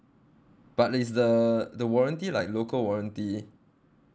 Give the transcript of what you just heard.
but is the the warranty like local warranty